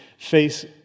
face